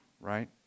right